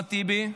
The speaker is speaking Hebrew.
אחמד טיבי,